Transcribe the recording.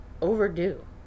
overdue